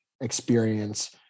experience